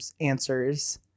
answers